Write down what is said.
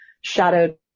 shadowed